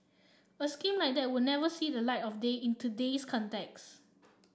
a scheme like that would never see the light of day in today's context